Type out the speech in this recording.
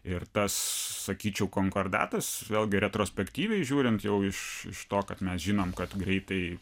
ir tas sakyčiau konkordatas vėlgi retrospektyviai žiūrint jau iš iš to kad mes žinom kad greitai